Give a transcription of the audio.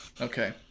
okay